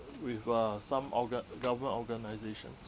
with uh some orga~ government organisations